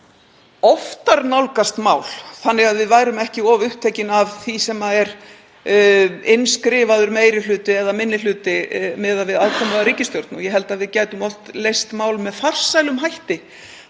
öll oftar nálgast mál þannig að við værum ekki of upptekin af því sem er innskrifaður meiri hluti eða minni hluti miðað við aðkomu að ríkisstjórn. Ég held að við gætum oft leyst málin með farsælum hætti